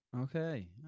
Okay